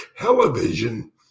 television